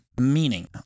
meaning